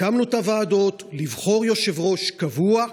הקמנו את הוועדות, לבחור יושב-ראש קבוע,